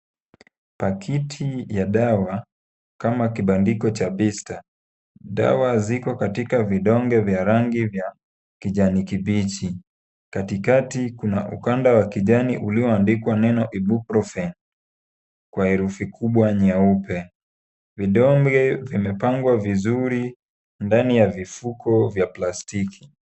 Pakiti ya dawa kama kibandiko cha bista, dawa ziko katika vidonge vya rangi vya kijani kibichi ,katikati kuna ukanda wa kijani ulioandikwa neno Ibuprofen kwa herufi kubwa nyeupe ,vidonge vimepangwa vizuri ndani ya vifuo vkya plastiki .